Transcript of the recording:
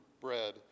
bread